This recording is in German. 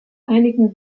einigen